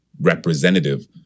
representative